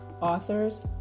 authors